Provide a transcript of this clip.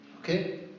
Okay